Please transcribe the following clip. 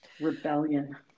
Rebellion